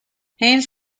hayes